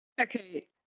Okay